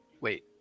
wait